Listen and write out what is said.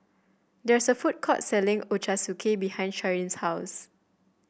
there is a food court selling Ochazuke behind Sharyn's house